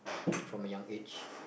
from a young age